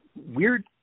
weird